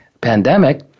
pandemic